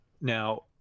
Now